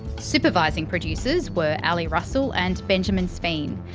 supervising producers were ali russell and benjamin sveen.